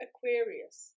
Aquarius